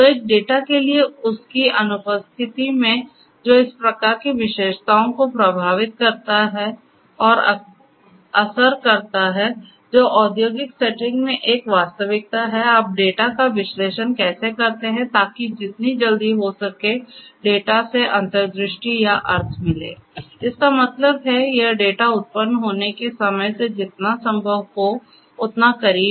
तो एक डेटा के लिए उस की अनुपस्थिति में जो इस प्रकार की विशेषताओं को प्रभावित करता है और असर करता है जो औद्योगिक सेटिंग्स में एक वास्तविकता है आप डेटा का विश्लेषण कैसे करते हैं ताकि जितनी जल्दी हो सके डेटा से अंतर्दृष्टि या अर्थ मिले इसका मतलब है यह डेटा उत्पन्न होने के समय के जितना संभव हो उतना करीब